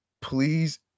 Please